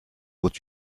would